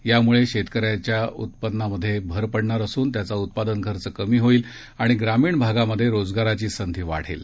यामुळे शेतकऱ्यांच्या उत्पन्नात भर पडणार असून त्यांचा उत्पादनखर्च कमी होईल आणि ग्रामीण भागात रोजगाराची संधी वाढेल